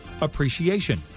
Appreciation